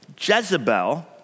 Jezebel